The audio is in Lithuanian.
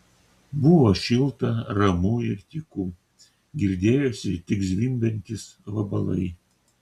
buvo šilta ramu ir tyku girdėjosi tik zvimbiantys vabalai